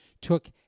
took